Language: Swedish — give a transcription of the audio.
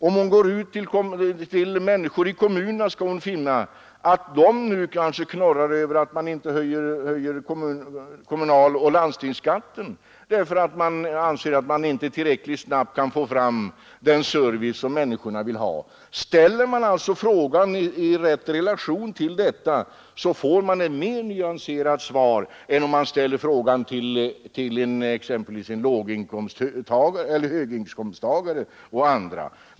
Om fru Nettelbrandt går ut till människor i kommunerna, skall hon finna att de nu kanske knorrar över att man inte höjer kommunaloch landstingsskatten, eftersom man anser att man inte tillräckligt snabbt kan få fram den service som människorna vill ha. Ställer man alltså frågan med rätt relation, så får man ett mer nyanserat svar än om man ställer frågan till höginkomsttagare och andra.